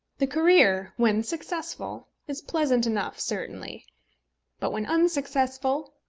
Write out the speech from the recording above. the career, when successful, is pleasant enough certainly but when unsuccessful,